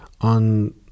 on